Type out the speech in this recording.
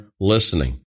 listening